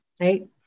right